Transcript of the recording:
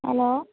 hello